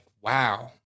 wow